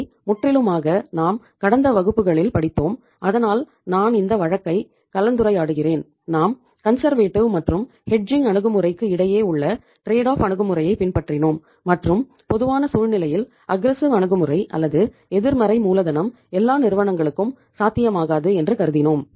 இதை முற்றிலுமாக நாம் கடந்த வகுப்புகளில் படித்தோம் அதனால் நான் இந்த வழக்கை கலந்துரையாடுகிறேன் நாம் கன்சர்வேட்டிவ் அணுகுமுறை அல்லது எதிர்மறை மூலதனம் எல்லா நிறுவனங்களுக்கும் சாத்தியமாகாது என்று கருதினோம்